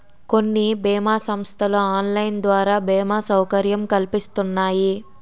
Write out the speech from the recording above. కొన్ని బీమా సంస్థలు ఆన్లైన్ ద్వారా బీమా సౌకర్యం కల్పిస్తున్నాయి